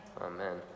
Amen